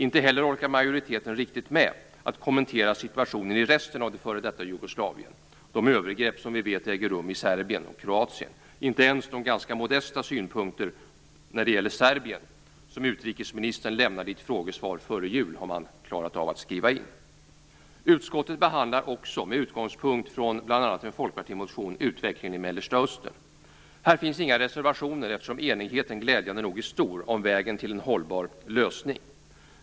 Inte heller orkar majoriteten riktigt med att kommentera situationen i resten av det f.d. Jugoslavien, dvs. de övergrepp som vi vet äger rum i Serbien och Kroatien. Inte ens de ganska modesta synpunkter när det gäller Serbien som utrikesministern lämnade i ett frågesvar före jul har man klarat av att skriva in. Utskottet behandlar också utvecklingen i Mellersta Östern med utgångspunkt från bl.a. en folkpartimotion. Här finns inga reservationer eftersom enigheten om vägen till en hållbar lösning glädjande nog är stor.